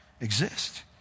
exist